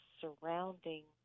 surrounding